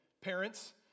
Parents